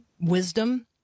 wisdom